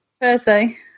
Thursday